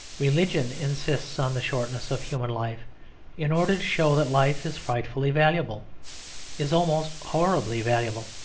religion insists on the shortness of human life in order to show that life is frightfully valuable is almost horribly valuable.